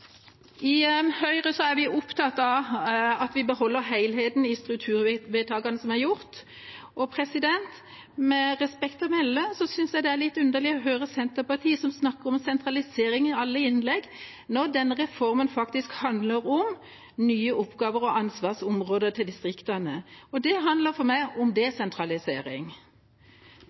I Høyre er vi opptatt av at vi beholder helheten i strukturvedtakene som er gjort. Og med respekt å melde synes jeg det er litt underlig å høre på Senterpartiet, som snakker om sentralisering i alle innlegg, når denne reformen faktisk handler om nye oppgaver og ansvarsområder til distriktene. Det handler for meg om desentralisering.